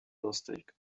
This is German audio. lustig